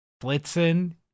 Blitzen